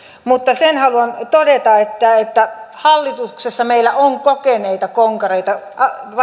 mutta sen haluan todeta että että hallituksessa meillä on kokeneita konkareita